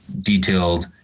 detailed